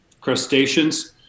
crustaceans